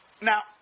Now